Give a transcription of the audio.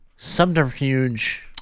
subterfuge